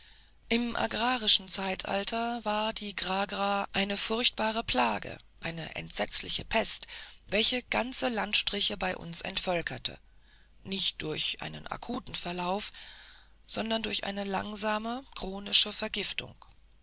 im agrarischen zeitalter war die gragra eine furchtbare plage eine entsetzliche pest welche ganze landstriche bei uns entvölkerte nicht durch einen akuten verlauf sondern durch eine langsame chronische vergiftung